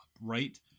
right